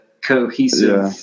cohesive